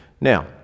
Now